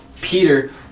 Peter